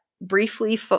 briefly